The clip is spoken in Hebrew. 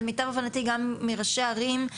למיטב הבנתי גם מראשי ערים,